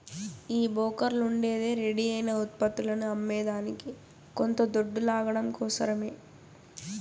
ఈ బోకర్లుండేదే రెడీ అయిన ఉత్పత్తులని అమ్మేదానికి కొంత దొడ్డు లాగడం కోసరమే